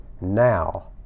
now